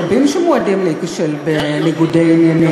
יש רבים שמועדים להיכשל בניגודי עניינים.